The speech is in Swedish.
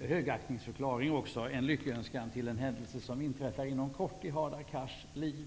högaktningsförklaring också lägga en lyckönskan till en händelse som inträffar inom kort i Hadar Cars liv.